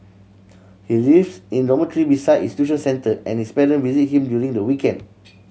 he lives in dormitory beside his tuition centre and his parent visit him during the weekend